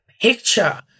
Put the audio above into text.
picture